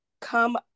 come